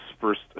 first